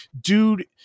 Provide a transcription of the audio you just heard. dude